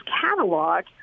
catalog